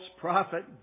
prophet